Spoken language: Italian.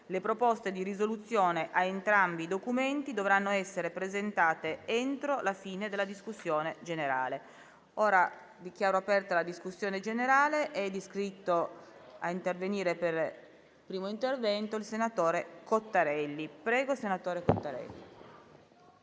Le proposte di risoluzione a entrambi i documenti dovranno essere presentate entro la fine della discussione.